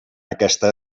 aquesta